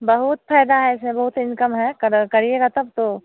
बहुत फ़ायदा है इसे बहुत इनकम है कर करिएगा तब तो